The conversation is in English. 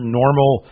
normal